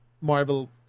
marvel